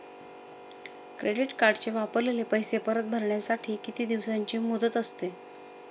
Credit कार्डचे वापरलेले पैसे परत भरण्यासाठी किती दिवसांची मुदत असते?